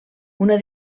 una